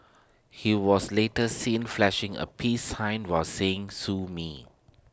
he was later seen flashing A peace sign while saying sue me